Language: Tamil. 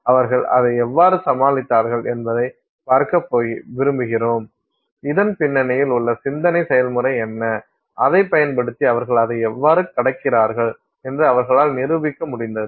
அவர்கள் அதை எவ்வாறு சமாளித்தார்கள் என்பதைப் பார்க்க விரும்புகிறோம் இதன் பின்னணியில் உள்ள சிந்தனை செயல்முறை என்ன அதைப் பயன்படுத்தி அவர்கள் அதை எவ்வாறு கடக்கிறார்கள் என்று அவர்களால் நிரூபிக்க முடிந்தது